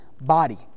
body